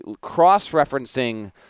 cross-referencing